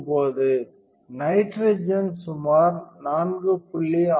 9 nitrogen சுமார் 4